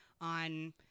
on